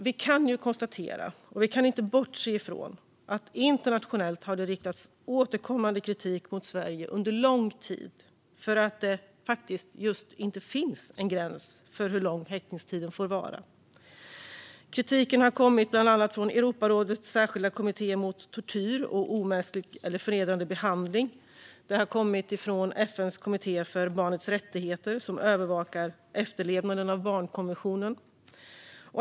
Vi kan dock inte bortse ifrån att det internationellt har riktats kritik mot Sverige, återkommande och under lång tid, just gällande att det inte finns en gräns för hur lång häktningstiden får vara. Kritiken har bland annat kommit från Europarådets särskilda kommitté för förhindrande av tortyr och omänsklig eller förnedrande behandling. Kritiken har också kommit från FN:s kommitté för barnets rättigheter, som övervakar efterlevnaden av barnkonventionen.